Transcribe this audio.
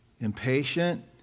impatient